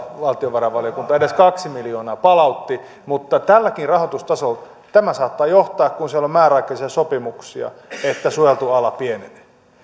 valtiovarainvaliokunta edes kaksi miljoonaa palautti mutta tälläkin rahoitustasolla tämä saattaa johtaa siihen kun siellä on määräaikaisia sopimuksia että suojeltu ala pienenee